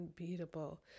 unbeatable